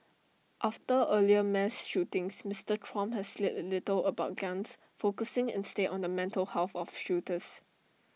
after earlier mass shootings Mister Trump has said little about guns focusing instead on the mental health of shooters